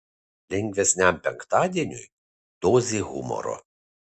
lengvesniam penktadieniui dozė humoro